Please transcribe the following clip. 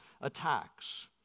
attacks